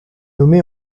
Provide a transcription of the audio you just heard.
nommée